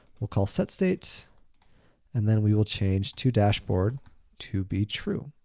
we'll call setstate and then we will change todashboard to be true.